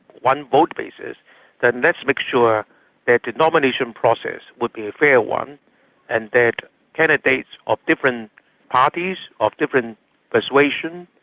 one vote basis then let's make sure that the nomination process would be a fair one and that candidates of different parties, of different persuasion,